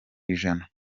ijana